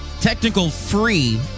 Technical-free